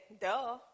duh